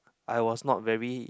I was not very